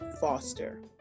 Foster